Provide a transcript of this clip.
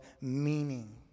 Meaning